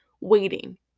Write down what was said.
waiting